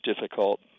difficult